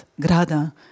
Grada